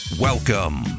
Welcome